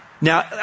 Now